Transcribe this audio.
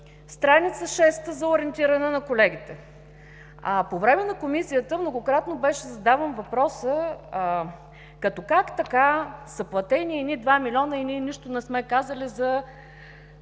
страница 6, за ориентиране на колегите. По време на Комисията многократно беше задаван въпросът: как така са платени 2 милиона и ние нищо не сме казали за